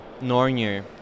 Nornir